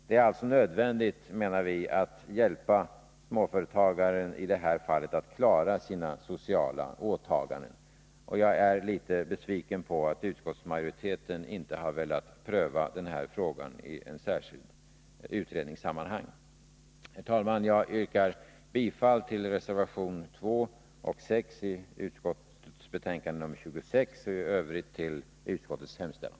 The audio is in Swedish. Vi anser alltså att det är nödvändigt att hjälpa småföretagaren att i detta fall klara sina sociala åtaganden. Jag är litet besviken över att utskottsmajoriteten inte har velat pröva denna fråga i ett särskilt utredningssammanhang. Herr talman! Jag yrkar bifall till reservationerna 2 och 6 i utskottets betänkande 26 och i övrigt till utskottets hemställan.